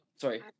sorry